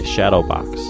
Shadowbox